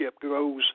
grows